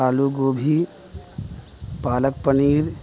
آلو گوبھی پالک پنیر